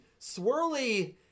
Swirly